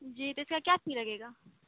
جی تو اس کا کیا فی لگے گا